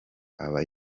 aba